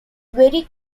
very